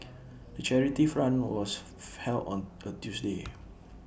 the charity run was held on A Tuesday